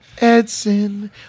Edson